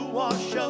wash